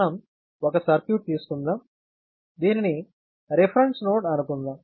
మనం ఒక సర్క్యూట్ తీసుకుందాం దీనిని రిఫరెన్స్ నోడ్ అనుకుందాం